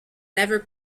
never